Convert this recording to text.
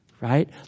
right